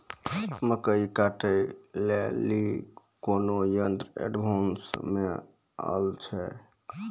मकई कांटे ले ली कोनो यंत्र एडवांस मे अल छ?